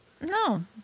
No